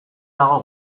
dago